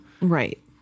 Right